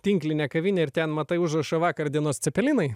tinklinę kavinę ir ten matai užrašą vakar dienos cepelinai